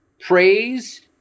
Praise